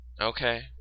Okay